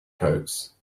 coats